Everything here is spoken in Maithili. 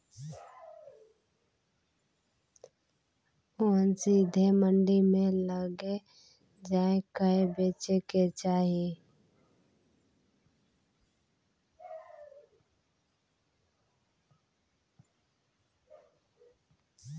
ओन सीधे मंडी मे लए जाए कय बेचे के चाही